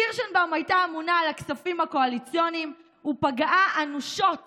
קירשנבאום הייתה אמונה על הכספים הקואליציוניים ופגעה אנושות